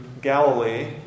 Galilee